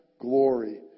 glory